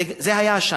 זה היה השנה,